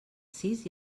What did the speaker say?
sis